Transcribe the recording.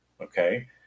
Okay